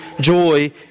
joy